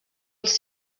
els